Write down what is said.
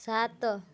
ସାତ